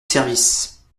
service